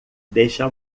deixa